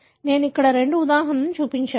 నేను ఇక్కడ రెండు ఉదాహరణలు చూపించాను